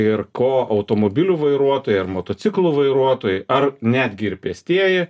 ir ko automobilių vairuotojai ar motociklų vairuotojai ar netgi ir pėstieji